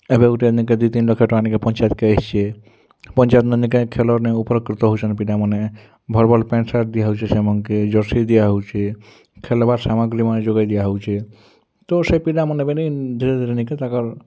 ଏବେ ଗୋଟେ ନି କେ ଦି ତିନ୍ ଲକ୍ଷ ଟଙ୍କା ଆଣି କି ପଞ୍ଚାୟତ କେ ଆସ୍ଛି ପଞ୍ଚାୟତମାନେ କାଇଁ ଖେଲନେ ଉପକୃତ ହଉଛନ୍ତି ପିଲାମାନେ ଭଲ୍ ଭଲ୍ ପ୍ୟାଣ୍ଟ୍ ସାର୍ଟ୍ ଦିଆହଉଛି ସେମାନଙ୍କେ ଜର୍ସି ଦିଆ ହଉଛି ଖେଲବା ସାମଗ୍ରୀ ମଧ୍ୟ ଯୋଗେଇ ଦିଆହଉଛି ତ ସେ ପିଲାମାନେ ନେବେ ନି ଧିରେ ଧିରେ ତାଙ୍କର